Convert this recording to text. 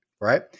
right